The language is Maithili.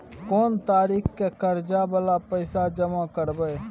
कोन तारीख के कर्जा वाला पैसा जमा करबे?